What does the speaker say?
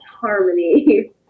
harmony